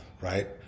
right